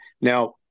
Now